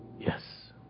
yes